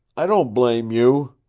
i don't blame you.